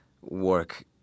work